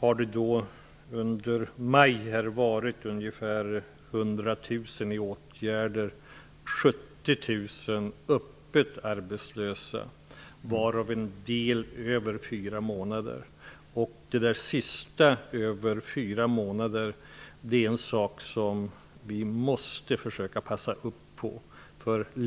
100 000 ungdomar i olika åtgärder. 70 000 har varit öppet arbetslösa, varav en del i över fyra månader. Det sista, ''över fyra månader'', är något som vi måste passa upp på.